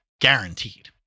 guaranteed